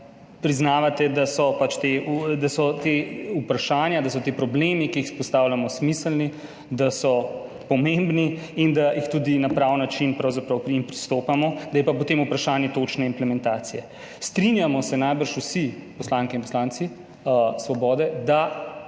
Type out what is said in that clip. priznavate, da so ta vprašanja, ti problemi, ki jih izpostavljamo, smiselni, da so pomembni in da tudi na pravi način pravzaprav k njim pristopamo, da je pa potem vprašanje točne implementacije. Najbrž se strinjamo vsi, poslanke in poslanci iz Svobode, da